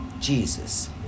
Jesus